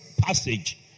passage